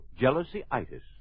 jealousy-itis